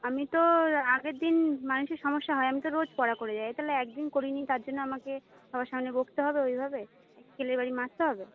আমি তো আগেরদিন মানুষের সমস্যা হয় আমি তো রোজ পড়া করে যাই তাহলে একদিন করিনি তার জন্য আমাকে সবার সামনে বকতে হবে ওই ভাবে স্কেলের বারি মারতে হবে